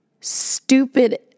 stupid